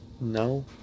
No